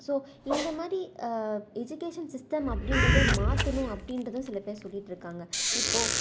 so இந்த மாதிரி education system அப்படின்றதே மாற்றணும் அப்படின்றது சில பேர் சொல்லிகிட்டு இருக்காங்கள் இப்போ